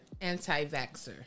anti-vaxxer